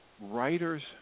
writer's